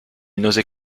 n’osait